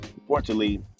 Unfortunately